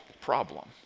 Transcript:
problem